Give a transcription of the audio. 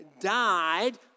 died